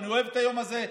אני אוהב את היום הזה,